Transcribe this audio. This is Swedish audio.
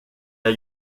jag